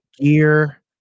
gear